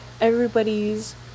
everybody's